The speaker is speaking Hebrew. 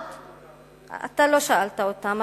אתה לא שאלת אותם,